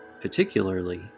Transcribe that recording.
particularly